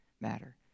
matter